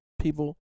people